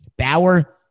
Bauer